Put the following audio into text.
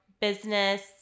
business